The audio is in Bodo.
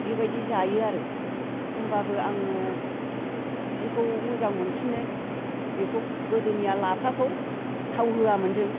बेबायदि जायो आरो होनबाबो आङो जिखौ मोजां मोनसिनो बेखौ गोदोनिया लाफाखौ थाव होआमोन जों